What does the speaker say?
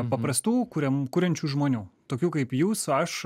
paprastų kuriamų kuriančių žmonių tokių kaip jūs aš